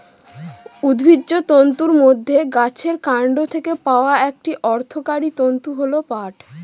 উদ্ভিজ্জ তন্তুর মধ্যে গাছের কান্ড থেকে পাওয়া একটি অর্থকরী তন্তু হল পাট